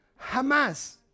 Hamas